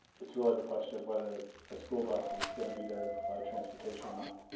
it's really the question of whether a school bus is going to be there to provide transportation or not.